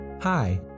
Hi